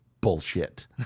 bullshit